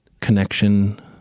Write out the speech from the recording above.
connection